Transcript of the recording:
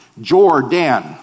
Jordan